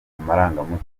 amarangamutima